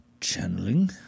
channeling